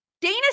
dana